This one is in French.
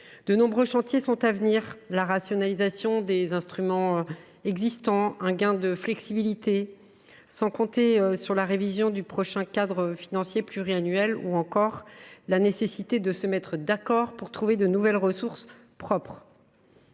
de nombreux chantiers se profilent : la rationalisation des instruments existants, une plus grande flexibilité, sans compter la révision du prochain cadre financier pluriannuel ou la nécessité de se mettre d’accord pour trouver de nouvelles ressources propres.